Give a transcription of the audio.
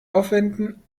aufwenden